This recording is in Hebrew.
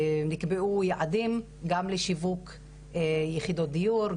נקבעו יעדים גם לשיווק יחידות דיור,